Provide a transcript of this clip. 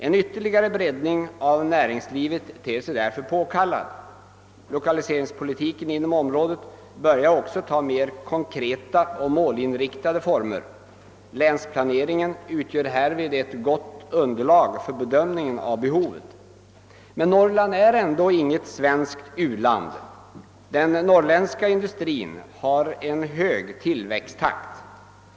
En ytterligare breddning av näringslivet ter sig därför påkallad. :Lokaliseringspolitiken inom området börjar också ta mera konkreta och målinriktade former. Länsplaneringen utgör härvid ett gott underlag för bedömningen av behovet. Men Norrland är ändå inget svenskt u-land. Den norrländska industrin har en hög tillväxttakt.